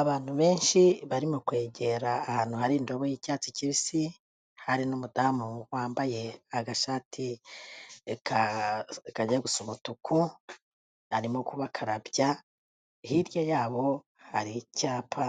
Abantu benshi bari mu kwegera ahantu hari indobo y'icyatsi kibisi, hari n'umudamu wambaye agashati kajya gusa umutuku, arimo kubakarabya, hirya yabo hari icyapa